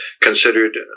considered